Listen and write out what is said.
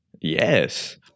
Yes